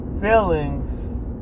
feelings